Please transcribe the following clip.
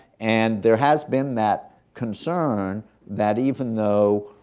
and there has been that concern that even though,